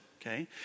okay